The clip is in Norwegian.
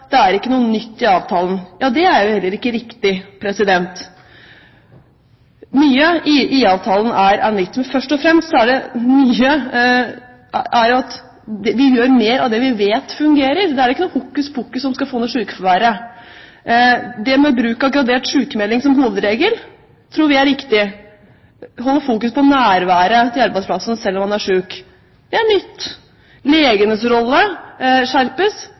det er ikke noe nytt i avtalen. Det er jo heller ikke riktig. Mye i IA-avtalen er nytt, men først og fremst gjør vi mer av det vi vet fungerer. Det er ikke noe hokus pokus som skal få ned sykefraværet. Det med bruk av gradert sykemelding som hovedregel tror vi er riktig, å fokusere på nærværet til arbeidsplassen selv om man er syk, det er nytt, legenes rolle skjerpes,